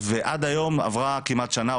ועד היום עברה כמעט שנה,